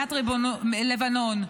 ממדינת לבנון.